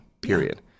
period